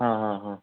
ആ ആ ആ